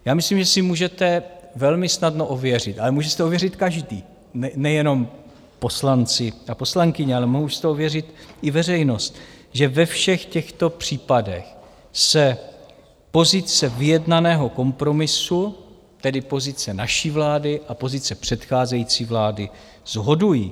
Já myslím, že si můžete velmi snadno ověřit, ale může si to ověřit každý, nejenom poslanci a poslankyně, ale může si to ověřit i veřejnost, že ve všech těchto případech se pozice vyjednaného kompromisu, tedy pozice naší vlády a pozice předcházející vlády, shodují.